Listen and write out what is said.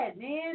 man